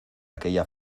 aquella